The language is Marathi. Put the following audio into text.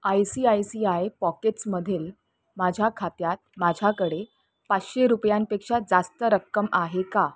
I C I C I पॉकेट्समधील माझ्या खात्यात माझ्याकडे पाचशे रुपयांपेक्षा जास्त रक्कम आहे का